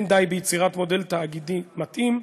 לא די ביצירת מודל תאגידי מתאים,